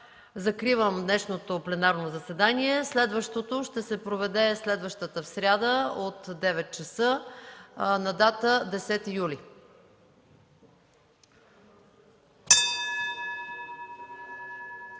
Закривам днешното пленарното заседание. Следващото ще се проведе в сряда от 9,00 ч., на дата 10 юли